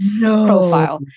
profile